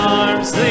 arms